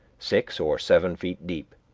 six or seven feet deep,